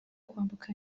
kwambuka